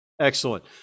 Excellent